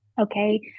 Okay